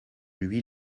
lui